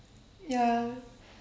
ya